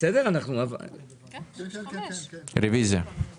הצבעה הרוויזיה לא נתקבלה הרוויזיה לא התקבלה.